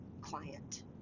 client